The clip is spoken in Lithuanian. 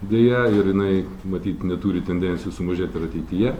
deja ir jinai matyt neturi tendencijų sumažėt ir ateityje